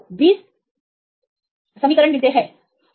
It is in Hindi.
तो आपको 20 अंतर समीकरण मिलते हैं